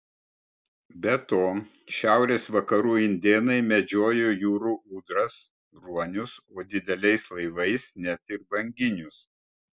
be to šiaurės vakarų indėnai medžiojo jūrų ūdras ruonius o dideliais laivais net ir banginius